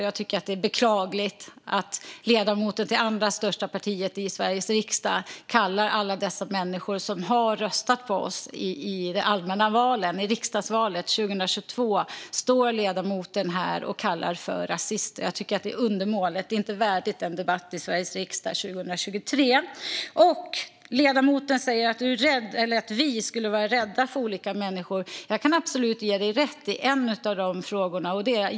Jag tycker att det är beklagligt att ledamoten står här och kallar alla människor som röstade på oss - det näst största partiet i Sveriges riksdag - i riksdagsvalet 2022 för rasister. Jag tycker att det är undermåligt; det är inte värdigt en debatt i Sveriges riksdag 2023. Ledamoten påstod att vi skulle vara rädda för olika människor, och jag kan absolut ge henne rätt i en av dessa frågor.